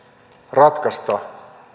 ratkaista